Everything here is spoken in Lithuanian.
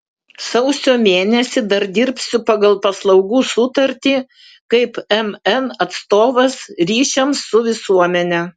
sausio mėnesį dar dirbsiu pagal paslaugų sutartį kaip mn atstovas ryšiams su visuomene